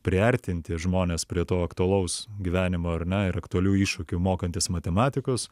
priartinti žmones prie to aktualaus gyvenimo ar ne ir aktualių iššūkių mokantis matematikos